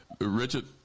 Richard